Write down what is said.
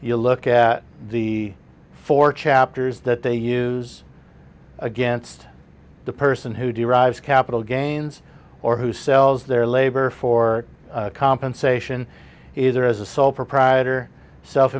you look at the four chapters that they use against the person who derives capital gains or who sells their labor for compensation is there as a sole proprietor self